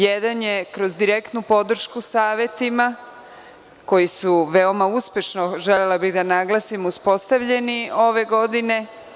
Jedan je kroz direktnu podršku savetima, koji su veoma uspešno, želela bih da naglasim, uspostavljeni ove godine.